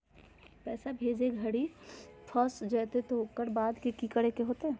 पैसा भेजे घरी फस जयते तो ओकर बाद की करे होते?